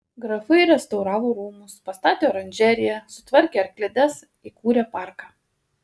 grafai restauravo rūmus pastatė oranžeriją sutvarkė arklides įkūrė parką